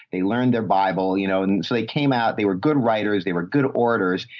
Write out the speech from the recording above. they learned their bible, you know, so they came out, they were good writers, they were good orders.